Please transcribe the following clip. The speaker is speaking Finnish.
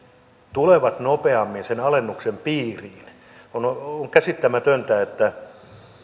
tulevat nopeammin sen alennuksen piiriin on on käsittämätöntä että